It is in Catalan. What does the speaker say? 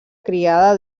criada